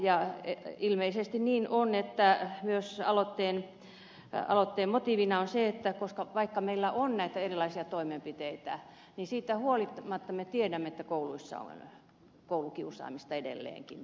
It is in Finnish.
ja ilmeisesti niin on että myös aloitteen motiivina on se että vaikka meillä on näitä erilaisia toimenpiteitä niin siitä huolimatta me tiedämme että kouluissa on koulukiusaamista edelleenkin